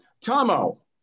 Tomo